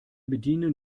bedienen